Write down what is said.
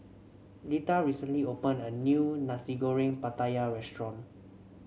Litha recently opened a new Nasi Goreng Pattaya restaurant